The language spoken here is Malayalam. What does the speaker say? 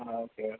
ആ ഓക്കെ